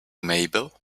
mabel